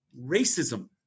racism